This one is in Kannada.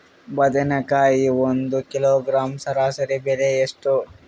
ಬದನೆಕಾಯಿ ಒಂದು ಕಿಲೋಗ್ರಾಂ ಸರಾಸರಿ ಬೆಲೆ ಎಷ್ಟು?